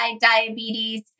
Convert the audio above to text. diabetes